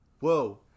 Whoa